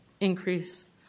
increase